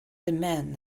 demand